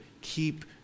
Keep